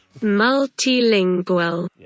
multilingual